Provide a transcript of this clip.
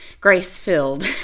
grace-filled